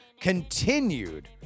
continued